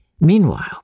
Meanwhile